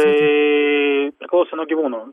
tai priklauso nuo gyvūno